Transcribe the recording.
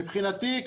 מבחינתי,